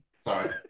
Sorry